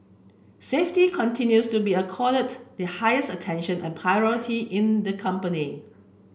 safety continues to be accorded the highest attention and priority in the company